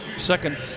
Second